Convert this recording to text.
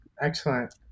Excellent